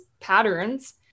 patterns